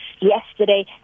yesterday